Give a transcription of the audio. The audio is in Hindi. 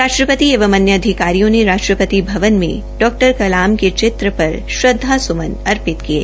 राष्ट्रपति एवं अन्य अधिकारियों ने राष्ट्रपति भवन में डॉ कलाम के चित्र पर श्रदधांस्मन अर्पित किये